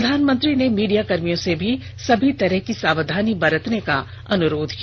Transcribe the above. प्रधानमंत्री ने मीडियाकर्मियों से भी सभी तरह की सावधानी बरतने का अनुरोध किया